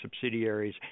subsidiaries